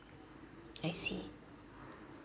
I see